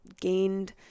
gained